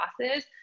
classes